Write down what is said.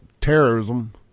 terrorism